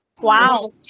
wow